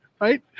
right